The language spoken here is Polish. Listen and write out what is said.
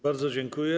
Bardzo dziękuję.